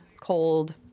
cold